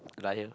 liar